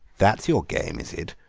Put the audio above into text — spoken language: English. that's your game, is it?